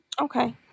Okay